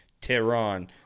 Tehran